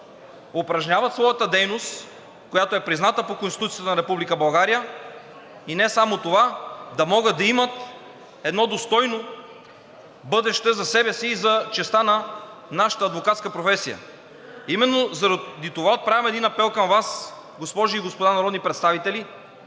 упражняват своята дейност, която е призната по Конституцията на Република България, да могат да имат едно достойно бъдеще за себе си и за честта на нашата адвокатска професия. Именно заради това правя апел към Вас, госпожи и господа народни представители,